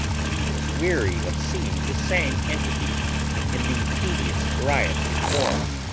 he was weary of seeing the same entity in the tedious variety of forms.